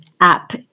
app